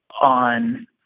on